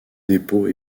dépôt